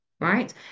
right